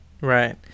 Right